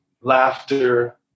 laughter